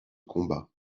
combat